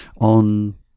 on